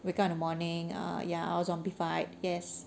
wake up in the morning uh ya all zombiefied yes